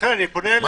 לכן אני פונה אליהם: